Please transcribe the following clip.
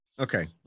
Okay